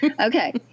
Okay